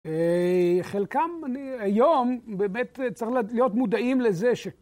חלקם היום באמת צריך להיות מודעים לזה